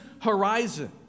horizon